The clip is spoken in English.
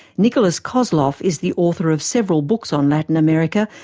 nikolas kozloff is the author of several books on latin america,